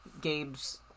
Gabe's